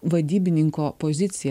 vadybininko poziciją